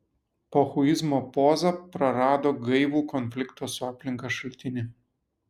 pochuizmo poza prarado gaivų konflikto su aplinka šaltinį